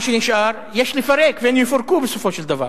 חלקן, מה שנשאר יש לפרק, והן יפורקו בסופו של דבר.